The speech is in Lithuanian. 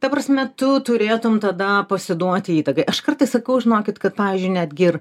ta prasme tu turėtum tada pasiduoti įtakai aš kartais sakau žinokit kad pavyzdžiui netgi ir